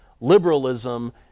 liberalism